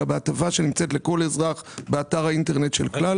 אלא בהטבה שנמצאת לכל אזרח באתר האינטרנט של כלל.